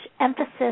emphasis